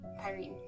Pyrene